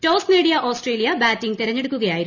toss നേടിയ Australia batting തിരഞ്ഞെടുക്കുകയായിരുന്നു